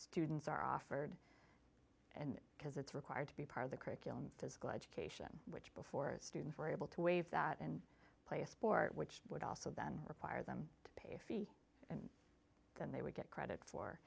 students are offered and because it's required to be part of the curriculum physical education which before students were able to waive that and play a sport which would also then require them to pay a fee then they would get credit for